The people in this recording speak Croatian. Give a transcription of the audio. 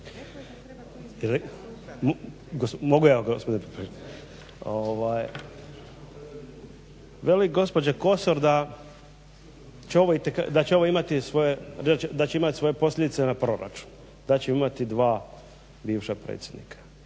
Veli gospoda Kosor da će ovo imati posljedice na proračun, da ćemo imati dva bivša predsjednika.